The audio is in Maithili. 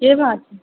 कि भाव छै